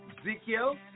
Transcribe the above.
Ezekiel